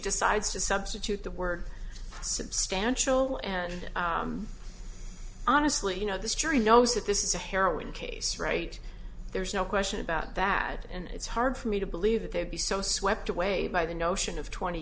decides to substitute the word substantial and honestly you know this jury knows that this is a harrowing case right there's no question about that and it's hard for me to believe that they'd be so swept away by the notion of twenty